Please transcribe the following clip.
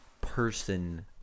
person